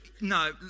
no